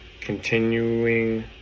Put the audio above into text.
continuing